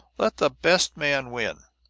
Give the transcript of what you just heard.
let the best man win!